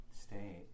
state